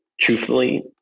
truthfully